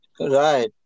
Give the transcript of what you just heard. Right